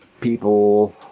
people